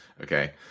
okay